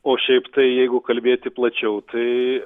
o šiaip tai jeigu kalbėti plačiau tai